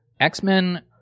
x-men